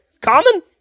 Common